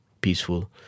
peaceful